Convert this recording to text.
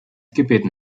gebeten